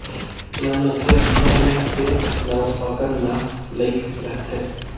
नवनसिया नांगर मे सिरिप नव अकन नास लइग रहथे